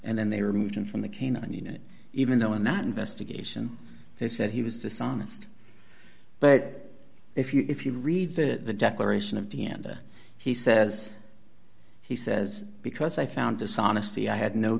and then they removed him from the canine unit even though in that investigation they said he was dishonest but if you if you read the declaration of the end he says he says because i found dishonesty i had no